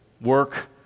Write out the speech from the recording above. work